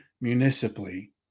municipally